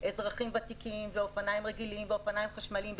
אזרחים ותיקים ואופניים רגילים ואופניים חשמליים,